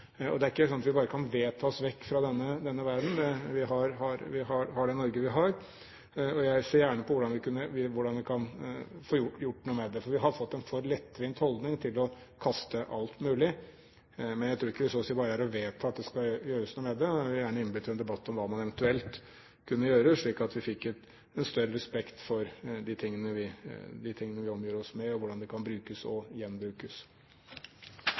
Og det er ikke sånn at vi bare kan vedta oss vekk fra denne verden. Vi har det Norge vi har, og jeg ser gjerne på hvordan vi kan få gjort noe med dette. Vi har fått en for lettvint holdning til å kaste alt mulig, men det er ikke så å si bare å vedta at det skal gjøres noe med det. Jeg vil gjerne innby til en debatt om hva man eventuelt kunne gjøre slik at vi fikk større respekt for de tingene vi omgir oss med – og hvordan de kan brukes og gjenbrukes.